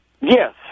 Yes